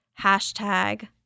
Hashtag